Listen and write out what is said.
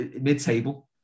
mid-table